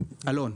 אלון,